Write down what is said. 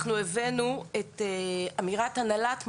אנחנו הבאנו את אמירת הנהלת המכון,